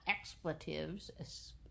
expletives